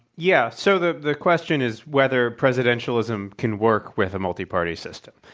yeah. so, the the question is whether presidentialism can work with a multi-party system.